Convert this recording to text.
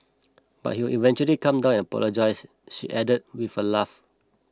but he would eventually calm down and apologise she added with a laugh